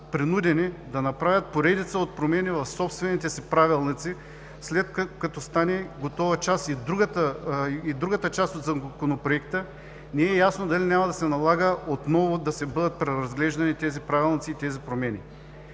принудени да направят поредица от промени в собствените си правилници. След като стане готова и другата част от Законопроекта, не е ясно дали няма да се налага отново да бъдат преразглеждани тези правилници и тези промени.